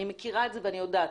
אני מכירה את זה ואני יודעת.